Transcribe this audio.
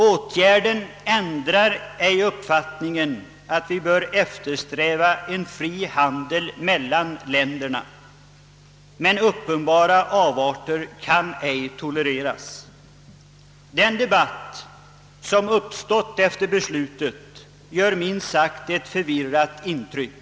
Åtgärden ändrar inte uppfattningen att vi bör eftersträva en fri handel mellan länderna, men uppenbara avarter kan icke tolereras. Den debatt som uppstått efter beslutet gör ett minst sagt förvirrat intryck.